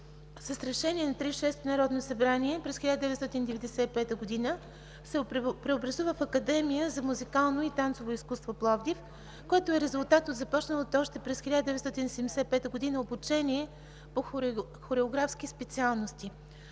С решение на 36 ото народно събрание през 1995 г. се преобразува в Академия за музикално и танцово изкуство – Пловдив, което е резултат от започналото още през 1975 г. обучение по хореографски специалности.